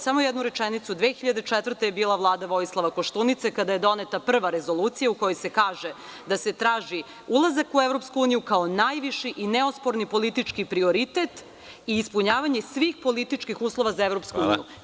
Samo jednu rečenicu - 2004. godine je bila Vlada Vojislava Koštunice kada je doneta prva rezolucija u kojoj se kaže da se traži ulazak u EU kao najviši i neosporni politički prioritet i ispunjavanje svih političkih uslova za EU. (Predsedavajući: Hvala.